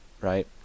right